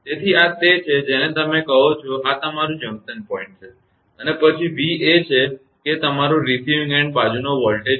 તેથી આ તે છે જેને તમે કહો છો આ તમારું જંકશન પોઇન્ટ છે અને પછી v એ છે કે તમારો રિસીવીંગ એન્ડ બાજુનો વોલ્ટેજ v